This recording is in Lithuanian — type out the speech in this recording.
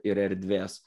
ir erdvės